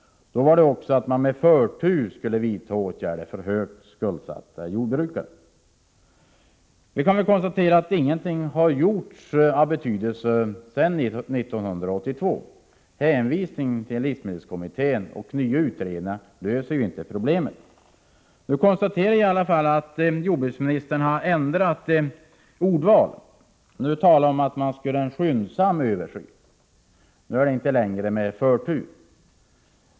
Då skulle jordbruksministern med förtur vidta åtgärder för högt skuldsatta jordbrukare. Nu kan vi konstatera att ingenting av betydelse har gjorts sedan 1982. Hänvisning till livsmedelskommittén och nya utredningar löser ju inte problemet. Jag konstaterar i alla fall att jordbruksministern har ändrat ordval. Nu talar han om att göra en skyndsam översyn, nu är det inte längre ”med förtur”.